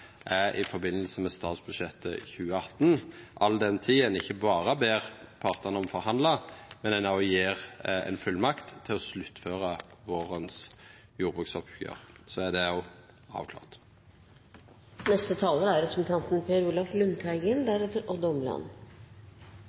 i samband med statsbudsjettet 2018, all den tid ein ikkje berre ber partane om å forhandla, men ein òg gjev ei fullmakt til å sluttføra vårens jordbruksoppgjer. Så er òg det